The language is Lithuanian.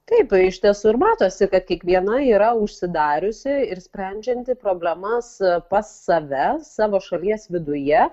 taip iš tiesų ir matosi kad kiekviena yra užsidariusi ir sprendžianti problemas pas save savo šalies viduje